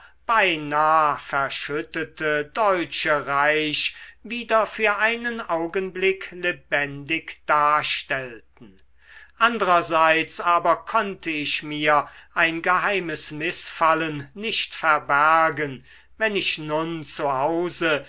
beinah verschüttete deutsche reich wieder für einen augenblick lebendig darstellten andrerseits aber konnte ich mir ein geheimes mißfallen nicht verbergen wenn ich nun